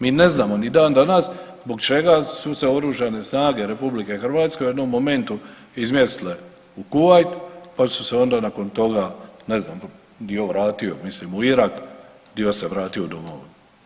Mi ne znamo ni dan danas zbog čega su se Oružane snage RH u jednom momentu izmjestile u Kuvajt pa su se onda nakon toga ne znam dio vratio mislim u Irak, dio se vratio se vratio u domovinu.